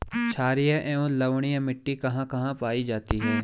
छारीय एवं लवणीय मिट्टी कहां कहां पायी जाती है?